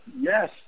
Yes